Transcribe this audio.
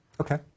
Okay